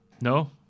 no